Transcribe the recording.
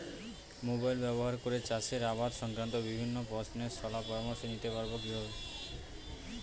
Mobile ব্যাবহার করে চাষের আবাদ সংক্রান্ত বিভিন্ন প্রশ্নের শলা পরামর্শ নিতে পারবো কিভাবে?